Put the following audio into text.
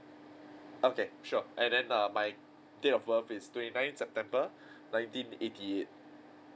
okay sure and then err my date of birth is twenty nine september nineteen eighty eight